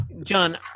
John